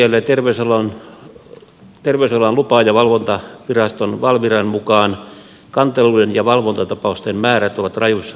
sosiaali ja terveysalan lupa ja valvontaviraston valviran mukaan kanteluiden ja valvontatapausten määrät ovat rajussa kasvussa